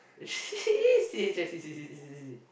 she is C H I C C C C C C